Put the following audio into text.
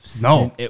No